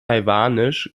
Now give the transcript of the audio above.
genannt